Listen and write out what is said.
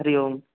हरिः ओम्